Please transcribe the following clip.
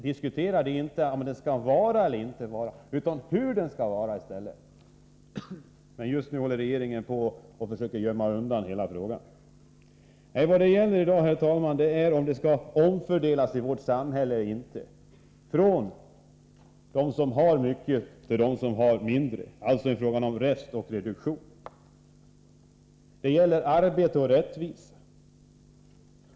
Diskutera inte om det skall vara eller inte vara utan Aur det skall vara i stället! Men just nu håller regeringen på och försöker gömma undan hela frågan. Nej, vad det gäller i dag, herr talman, är att omfördela resurser från dem i vårt samhälle som har mycket till dem som har mindre. Det är alltså en fråga om räfst och reduktion. Det gäller arbete och rättvisa.